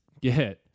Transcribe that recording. get